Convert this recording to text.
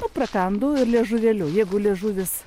nu prakandu ir liežuvėliu jeigu liežuvis